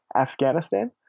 Afghanistan